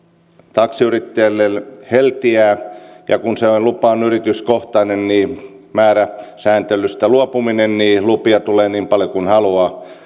taksiyrittäjälle heltiää ja kun se lupa on yrityskohtainen niin määräsääntelystä luopumisen myötä lupia tulee niin paljon kuin haluaa